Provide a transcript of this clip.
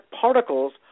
particles